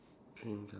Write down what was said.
change ah